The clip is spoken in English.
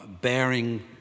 bearing